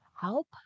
help